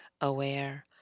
aware